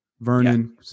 Vernon